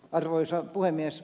arvoisa puhemies